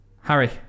Harry